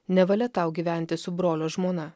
nevalia tau gyventi su brolio žmona